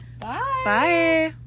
bye